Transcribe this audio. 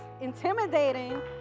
intimidating